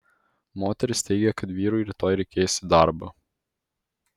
moteris teigia kad vyrui rytoj reikės į darbą